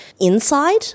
inside